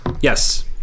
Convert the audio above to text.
Yes